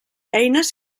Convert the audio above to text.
eines